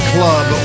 Club